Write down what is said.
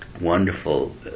wonderful